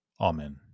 Amen